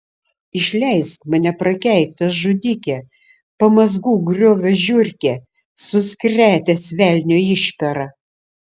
išleisk mane prakeiktas žudike pamazgų griovio žiurke suskretęs velnio išpera